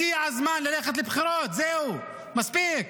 הגיע הזמן ללכת לבחירות, זהו, מספיק.